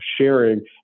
sharing